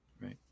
right